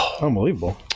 unbelievable